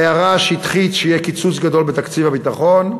ההערכה השטחית שיהיה קיצוץ גדול בתקציב הביטחון,